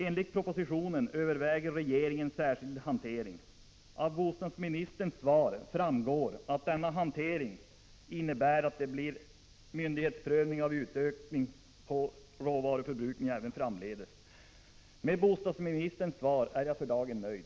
Enligt propositionen överväger regeringen särskild hantering, och av bostadsministerns svar framgår att denna hantering innebär att det blir myndighetsprövning av utökad råvaruförbrukning även framdeles. Med bostadsministerns svar är jag för dagen nöjd.